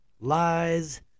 lies